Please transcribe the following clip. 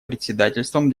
председательством